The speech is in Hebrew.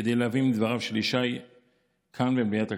כדי להביא מדבריו של ישי כאן במליאת הכנסת.